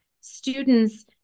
students